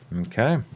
Okay